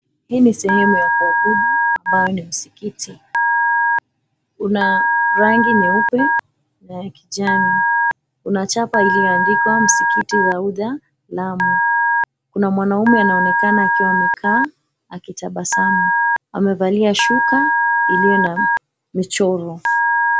Hii ni sehemu ya kuabudu ambayo ni msikiti. Kuna rangi nyeupe na ya kijani. Kuna chapa iliyoandikwa, "Msikiti Laudha, Lamu". Kuna mwanaume anaonekana akiwa amekaa akitabasamu, amevalia shuka iliyo na mchoro.